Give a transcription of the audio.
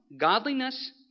Godliness